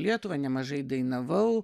lietuvą nemažai dainavau